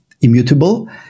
immutable